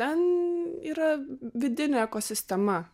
ten yra vidinė ekosistema